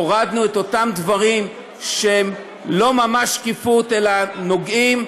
הורדנו את אותם דברים שהם לא ממש שקיפות אלא נוגעים.